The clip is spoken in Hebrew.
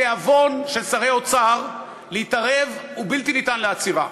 התיאבון של שרי אוצר להתערב הוא בלתי ניתן לעצירה.